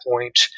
point